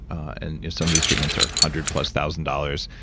and some of these treatments are hundred plus thousand dollars.